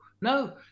No